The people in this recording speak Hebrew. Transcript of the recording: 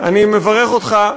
אני מברך אותך.